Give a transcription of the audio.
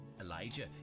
Elijah